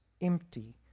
empty